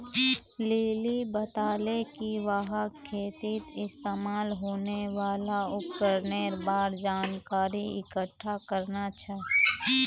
lily बताले कि वहाक खेतीत इस्तमाल होने वाल उपकरनेर बार जानकारी इकट्ठा करना छ